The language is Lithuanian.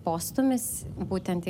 postūmis būtent į